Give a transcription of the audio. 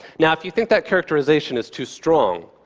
now, if you think that characterization is too strong,